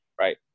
right